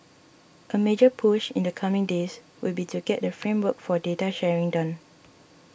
a major push in the coming days would be to get the framework for data sharing done